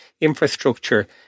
infrastructure